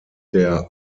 der